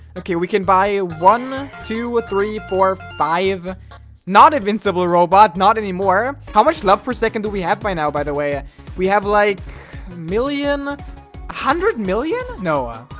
okay? we can buy a one two or three four five not invincible robot not anymore how much love for a second do we have by now by the way ah we have like million one hundred million noah,